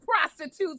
prostitutes